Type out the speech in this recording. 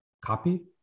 copy